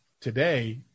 today